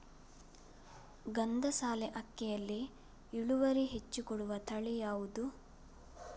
ಗಂಧಸಾಲೆ ಅಕ್ಕಿಯಲ್ಲಿ ಇಳುವರಿ ಹೆಚ್ಚು ಕೊಡುವ ತಳಿ ಯಾವುದು?